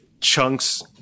chunks